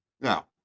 Now